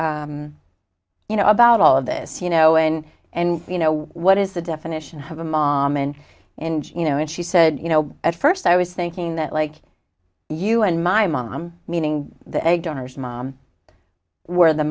you know about all of this you know and and you know what is the definition of a mom and enjoy you know and she said you know at first i was thinking that like you and my mom meaning the egg donors mom we're the